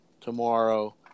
tomorrow